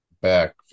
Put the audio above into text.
back